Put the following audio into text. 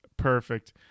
perfect